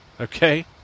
okay